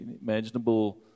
Imaginable